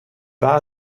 war